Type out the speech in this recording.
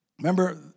Remember